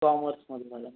कॉमर्समध्ये झालं